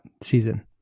season